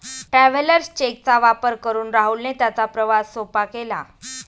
travellers cheque चा वापर करून राहुलने त्याचा प्रवास सोपा केला